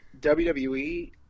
WWE